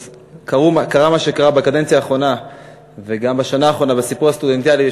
אז קרה מה שקרה בקדנציה האחרונה וגם בשנה האחרונה בסיפור הסטודנטיאלי,